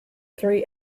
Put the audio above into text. three